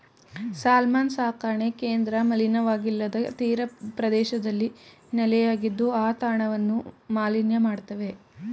salmon ಸಾಕಣೆ ಕೇಂದ್ರ ಮಲಿನವಾಗಿಲ್ಲದ ತೀರಪ್ರದೇಶದಲ್ಲಿ ನೆಲೆಯಾಗಿದ್ದು ಆ ತಾಣವನ್ನು ಮಾಲಿನ್ಯ ಮಾಡ್ತವೆ